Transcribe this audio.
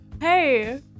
Hey